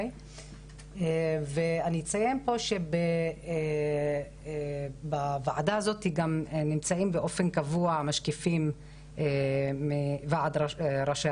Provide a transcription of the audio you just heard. אני אציין שבוו עדה הזאת גם נמצאים באופן קבוע משקיפים מוועד ראשי